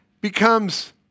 becomes